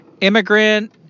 immigrant